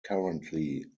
currently